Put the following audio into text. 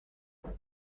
for